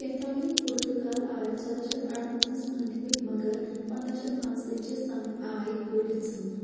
Catholic Portugal آے ژۄدہ شیٚتھ اَرنَمَتس أندۍ پٔكۍ مگر پَنٛداہ شیتھ پانٛژھ تٲجیس تانۍ آے کٔڑِتھ ژٕھنٛنہٕ